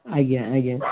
ଆଜ୍ଞା ଆଜ୍ଞା